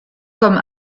comme